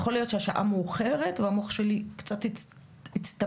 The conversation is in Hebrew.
יכול להיות שהשעה מאוחרת והמוח שלי קצת הצטמצם,